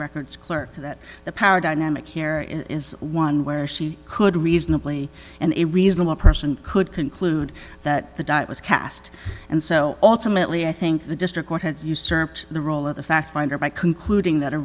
records clerk that the power dynamic here is one where she could reasonably and a reasonable person could conclude that the die was cast and so automatically i think the district court had usurped the role of the fact finder by concluding that a re